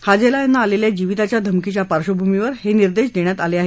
हाजेला यांना आलेल्या जिविताच्या धमकीच्या पार्बभूमीवर हे निर्देश देण्यात आले आहेत